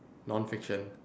non fiction